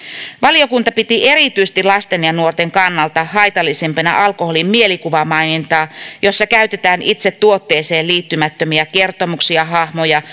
valiokunta piti erityisesti lasten ja nuorten kannalta haitallisimpana alkoholin mielikuvamainontaa jossa käytetään itse tuotteeseen liittymättömiä kertomuksia hahmoja